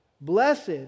blessed